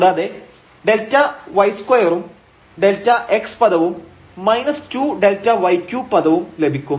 കൂടാതെ ഈ Δy2 ഉം Δx പദവും 2Δy3 പദവും ലഭിക്കും